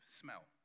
smell